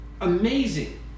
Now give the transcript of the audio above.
Amazing